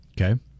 Okay